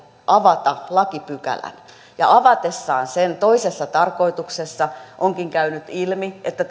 avata lakipykälän ja avatessaan sen toisessa tarkoituksessa onkin käynyt ilmi että